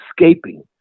escaping